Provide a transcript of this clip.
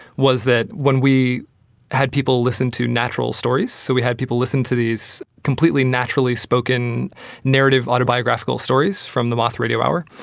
was that when we had people listen to natural stories, so we had people listen to these completely naturally spoken narrative autobiographical stories from the moth radio hour,